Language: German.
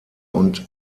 und